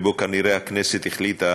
כנראה הכנסת החליטה